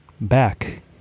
Back